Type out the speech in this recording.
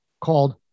called